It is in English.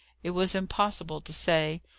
it was impossible to say.